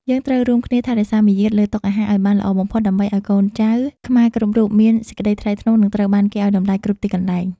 យើងត្រូវរួមគ្នាថែរក្សាមារយាទលើតុអាហារឱ្យបានល្អបំផុតដើម្បីឱ្យកូនចៅខ្មែរគ្រប់រូបមានសេចក្តីថ្លៃថ្នូរនិងត្រូវបានគេឱ្យតម្លៃគ្រប់ទីកន្លែង។